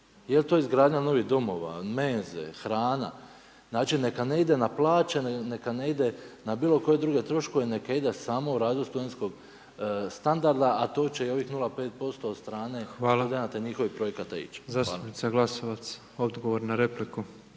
je li to izgradnja novih domova, menze, hrana. Znači neka ne ide na plaće, neka ne ide na bilo koje druge troškove, neka ide samo u razvoj studentskog standarda a to će i ovih 0,5% od strane studenata i njihovih projekata ići. Hvala. **Petrov, Božo (MOST)** Hvala. Zastupnica Glasovac, odgovor na repliku.